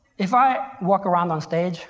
if i walk around on stage